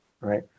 right